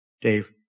Dave